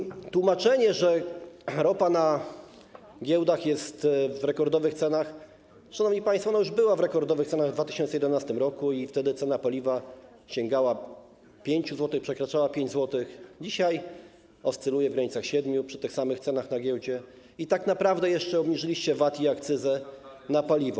Jeśli chodzi o tłumaczenie, że ropa na giełdach jest w rekordowych cenach, szanowni państwo, ona już była w rekordowych cenach w 2011 r. i wtedy cena paliwa sięgała 5 zł, przekraczała 5 zł, a dzisiaj oscyluje w granicach 7 zł, przy tych samych cenach na giełdzie, i tak naprawdę jeszcze obniżyliście VAT i akcyzę na paliwo.